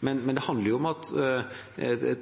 Men det handler om at